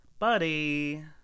Buddy